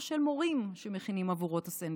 של מורים שמכינים עבורו את הסנדוויץ'.